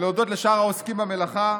ולהודות לשאר העוסקים במלאכה,